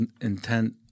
intent